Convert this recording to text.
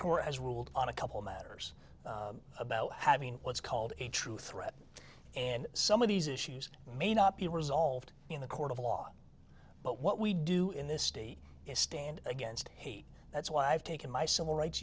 court has ruled on a couple matters about having what's called a true threat and some of these issues may not be resolved in the court of law but what we do in this state is stand against hate that's why i've taken my civil rights